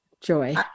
Joy